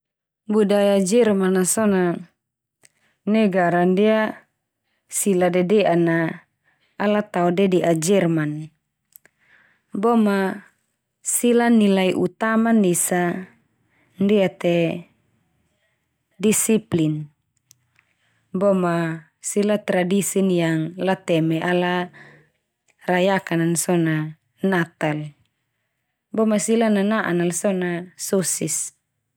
Budaya Jerman a so na negara ndia sila dede'an na ala tao dede'a Jerman. Bo ma sila nilai utaman esa ndia te disiplin. Boma sila tradisin yang lateme ala rayakan nan so na Natal. Boma sila nana'an nal so na sosis.